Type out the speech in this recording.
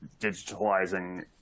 digitalizing